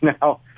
Now